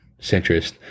centrist